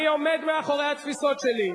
אני עומד מאחורי התפיסות שלי.